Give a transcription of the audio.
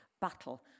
battle